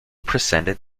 presented